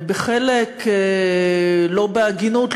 חלק לא בהגינות,